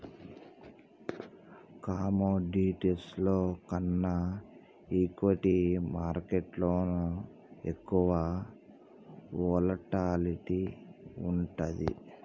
కమోడిటీస్లో కన్నా ఈక్విటీ మార్కెట్టులో ఎక్కువ వోలటాలిటీ వుంటది